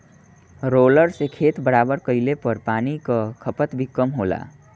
roller से खेत बराबर कइले पर पानी कअ खपत भी कम होला